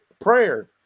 prayer